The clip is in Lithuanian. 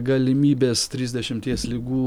galimybės trisdešimties ligų